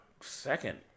second